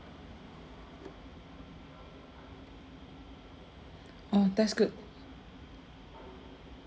oh that's good